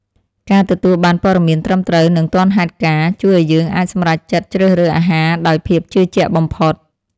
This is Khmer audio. ការទទួលបានព័ត៌មានត្រឹមត្រូវនិងទាន់ហេតុការណ៍ ជួយឱ្យយើងអាចសម្រេចចិត្តជ្រើសរើសអាហារដោយភាពជឿជាក់បំផុត។